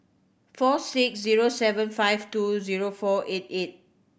four six zero seven five two zero four eight eight